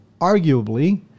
arguably